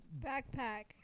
Backpack